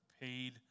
paid